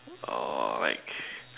or like